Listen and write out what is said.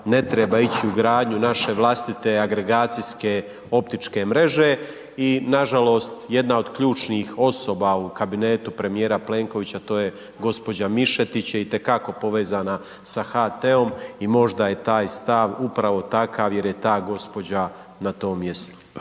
ne treba ići u gradnju naše vlastite agregacijske optičke mreže. I nažalost, jedna od ključnih osoba u kabinetu premjera Plenkovića, to je gđa. Mišetić, je itekako povezana sa HT-om i možda je taj stav upravo takav, jer je ta gđa. na tom mjestu.